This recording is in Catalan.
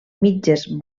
mitges